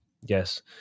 yes